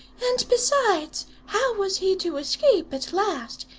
and besides, how was he to escape at last?